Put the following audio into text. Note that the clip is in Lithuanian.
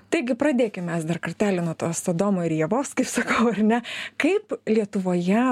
taigi pradėkim mes dar kartelį nuo tos adomo ir ievos kaip sakau ar ne kaip lietuvoje